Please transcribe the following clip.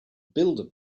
builder